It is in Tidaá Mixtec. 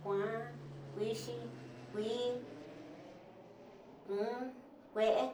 küa, kuiñ+xi, kui, kue'e